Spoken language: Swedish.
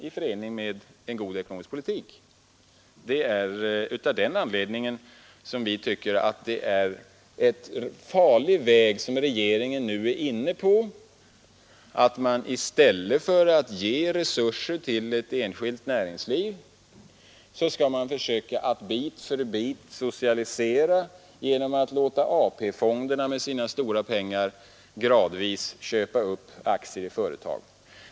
Därför tycker vi att det är en farlig väg som regeringen nu är inne på att i stället för att ge resurser till ett enskilt näringsliv försöka bit för bit socialisera genom att låta AP-fonderna med sina stora pengar gradvis köpa upp aktier i företag.